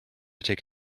take